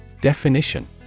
Definition